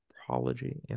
Anthropology